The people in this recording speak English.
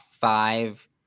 five